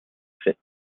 fit